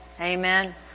Amen